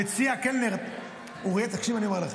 המציע קלנר, תקשיב מה אני אומר לך.